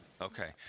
Okay